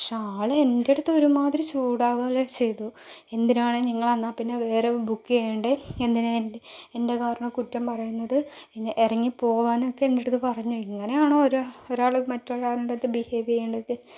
പക്ഷെ ആൾ എൻ്റടുത്ത് ഒരുമാതിരി ചൂടാകുകയൊക്കെ ചെയ്തു എന്തിനാണ് നിങ്ങളെന്നാൽ പിന്നെ വേറെ ബുക്ക് ചെയ്യണ്ടേ എന്തിനാണ് എൻ്റെ എൻ്റെ കാറിനെ കുറ്റം പറയുന്നത് ഇറങ്ങി പോകാനൊക്കെ എൻ്റടുത്ത് പറഞ്ഞു ഇങ്ങനെയാണോ ഒര ഒരാൾ മറ്റൊരാളുടെയടുത്ത് ബിഹേവ് ചെയ്യേണ്ടത്